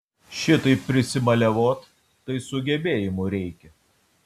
šitaip prisimaliavot tai sugebėjimų reikia